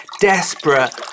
desperate